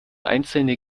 einzelne